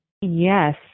Yes